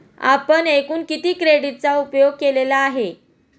आपण एकूण किती क्रेडिटचा उपयोग केलेला आहे?